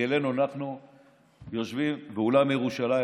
כהרגלנו אנחנו יושבים באולם ירושלים.